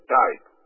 type